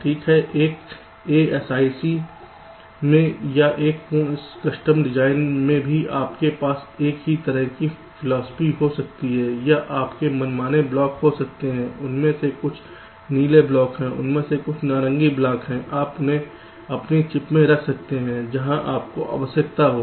ठीक है एक ASIC में या एक पूर्ण कस्टम डिजाइन में भी आपके पास एक ही तरह की फिलासफी हो सकते हैं या आपके मनमाने ब्लॉक हो सकते हैं उनमें से कुछ नीले ब्लॉक हैं उनमें से कुछ नारंगी ब्लॉक हैं आप उन्हें अपनी चिप में रख सकते हैं जहाँ आपको आवश्यकता हो